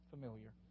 familiar